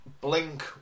blink